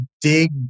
dig